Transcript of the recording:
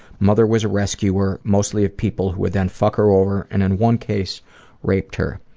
mother was a rescuer, mostly of people who would then fuck her over and in one case raped her.